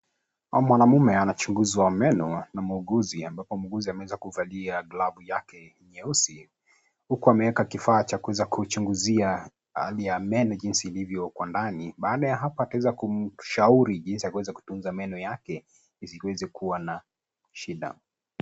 Mwanamume anachunguzwa meno na muuguzi ambapo muuguzi ameweza kuvalia glavu yake nyeusi huku ameeka kifaa cha kuweza kuichunguzia hali ya meno jinsi ilivyo kwa ndani baada ya hapa ataweza kumshauri jinsi ya kuweza kutunza meno yake zisiweze kuwa na shida.